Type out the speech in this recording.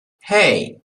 hey